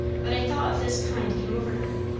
but a thought of this kind came over her.